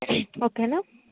ఓకేనా